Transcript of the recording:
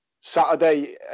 Saturday